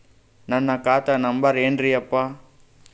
ನನ್ನ ಖಾತಾ ನಂಬರ್ ಏನ್ರೀ ಯಪ್ಪಾ?